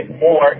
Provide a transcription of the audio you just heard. more